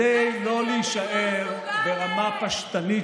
איך זה להיות אזרח סוג א'?